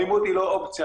אלימות היא לא אופציה,